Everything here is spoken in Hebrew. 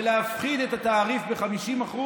ולהפחית את התעריף ב-50%,